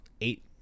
eight